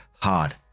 hard